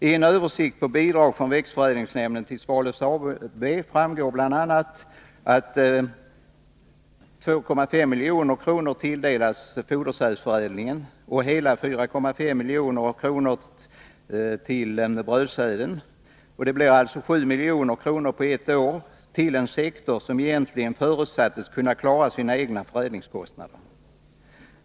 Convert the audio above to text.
I en översikt av bidrag från växtförädlingsnämnden till Svalöf AB framgår bl.a. att förädling av brödsäd tilldelats bidrag på ca 2,5 milj.kr. och fodersädförädlingen hela 4,5 milj.kr., alltså totalt 7 milj.kr. per år på en sektor som egentligen förutsattes kunna klara sina egna förädlingskostnader.